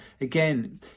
again